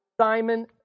Simon